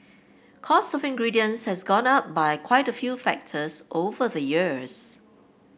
cost of ingredients has gone up by quite a few factors over the years